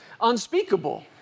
unspeakable